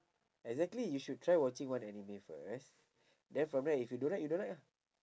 exactly you should try watching one anime first then from there if you don't like you don't like lah